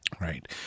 Right